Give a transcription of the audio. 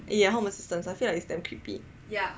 yeah home assistance I feel like it's damn creepy